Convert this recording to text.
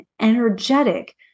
energetic